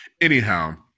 anyhow